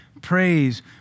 Praise